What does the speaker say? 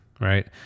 right